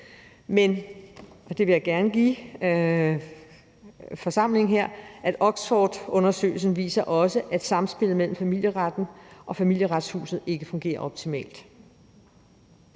Men jeg vil også gerne give forsamlingen her, at Oxfordundersøgelsen viser, at samspillet mellem familieretten og Familieretshuset ikke fungerer optimalt.